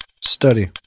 Study